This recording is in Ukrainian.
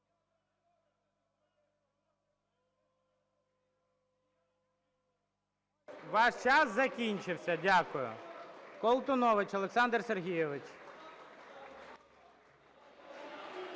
Ваш час закінчився. Дякую. Колтунович Олександр Сергійович.